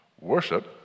worship